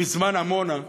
בזמן עמונה,